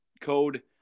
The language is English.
code